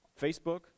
Facebook